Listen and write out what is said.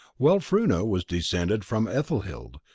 wulfruna was descended from ethelhild,